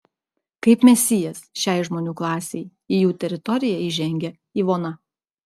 kaip mesijas šiai žmonių klasei į jų teritoriją įžengia ivona